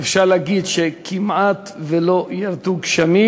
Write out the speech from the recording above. אפשר להגיד שכמעט לא ירדו גשמים.